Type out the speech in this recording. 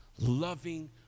loving